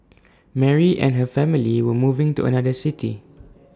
Mary and her family were moving to another city